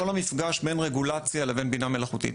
המפגש בין רגולציה לבין בינה מלאכותית,